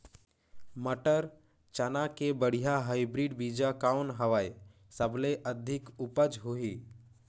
मटर, चना के बढ़िया हाईब्रिड बीजा कौन हवय? सबले अधिक उपज होही?